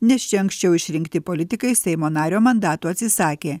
nes čia anksčiau išrinkti politikai seimo nario mandato atsisakė